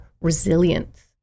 resilience